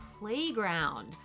playground